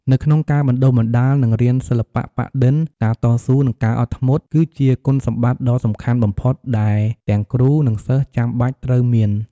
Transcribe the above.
នៅក្នុងការបណ្ដុះបណ្ដាល និងរៀនសិល្បៈប៉ាក់-ឌិន ការតស៊ូ និងការអត់ធ្មត់ គឺជាគុណសម្បត្តិដ៏សំខាន់បំផុតដែលទាំងគ្រូ និងសិស្សចាំបាច់ត្រូវមាន។